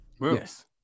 Yes